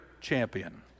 champion